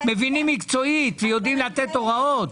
מבינים מקצועית ויודעים לתת הוראות.